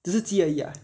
只是鸡而已啊